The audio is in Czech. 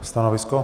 Stanovisko?